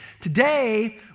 Today